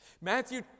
Matthew